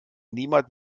niemand